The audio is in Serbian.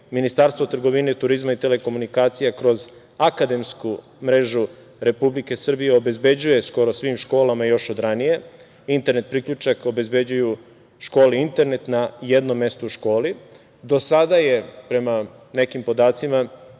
Ministarstvo trgovine, turizma i telekomunikacije kroz akademsku mrežu Republike Srbije obezbeđuje skoro svim školama još od ranije. Internet priključak obezbeđuju škole internet na jednom mestu u školi. Do sada je prema nekim podacima